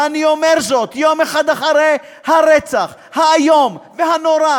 ואני אומר זאת, יום אחד אחרי הרצח האיום והנורא,